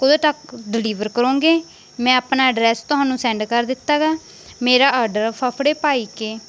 ਕਦੋਂ ਤੱਕ ਡਲੀਵਰ ਕਰੋਗੇ ਮੈਂ ਆਪਣਾ ਐਡਰੈਸ ਤੁਹਾਨੂੰ ਸੈਂਡ ਕਰ ਦਿੱਤਾ ਹੈਗਾ ਮੇਰਾ ਆਰਡਰ ਫਫੜੇ ਭਾਈਕੇ